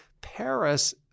Paris